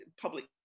public